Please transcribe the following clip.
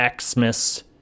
Xmas